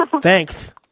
Thanks